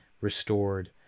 restored